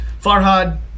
Farhad